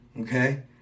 okay